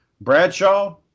Bradshaw